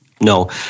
No